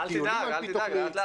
טיולים על פי תוכנית,